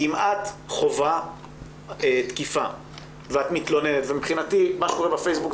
אם את חווה תקיפה ואת מתלוננת - ומבחינתי מה שקורה בפייסבוק,